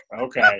Okay